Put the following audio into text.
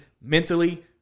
mentally